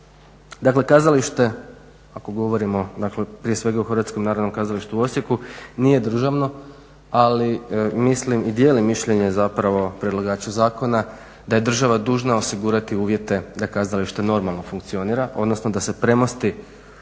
Dakle, kazalište, ako govorimo, dakle prije svega o HNK u Osijeku, nije državno, ali mislim i dijelim mišljenje, zapravo predlagača zakona da je država dužna osigurati uvjete da kazalište normalno funkcionira, odnosno da se premosti